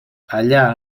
allà